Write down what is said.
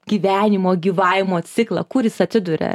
gyvenimo gyvavimo ciklą kur jis atsiduria